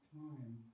time